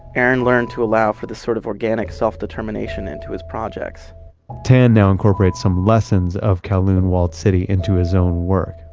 aaron learned to allow for the sort of organic self-determination into his projects tan now incorporates some lessons of kowloon walled city into his own work.